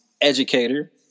Educator